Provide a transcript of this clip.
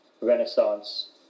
Renaissance